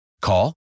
Call